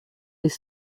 les